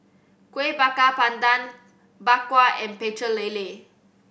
Kuih Bakar Pandan Bak Kwa and Pecel Lele